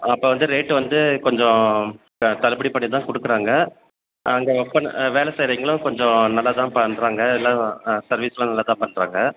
அப்போ வந்து ரேட்டு வந்து கொஞ்சம் தள்ளுபடி பண்ணி தான் கொடுக்குறாங்க அங்கே ஒர்க்கப் பண்ண ஆ வேலைசெய்றிங்களும் கொஞ்சம் நல்லதாக பண்ணுறாங்க எல்லா ஆ சர்வீஸ் எல்லாம் நல்லதாக பண்ணுறாங்க